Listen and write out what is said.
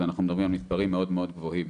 אנחנו מדברים על מספרים מאוד מאוד גבוהים,